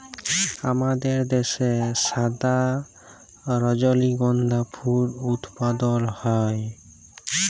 আমাদের দ্যাশে সাদা রজলিগন্ধা ফুল উৎপাদল হ্যয়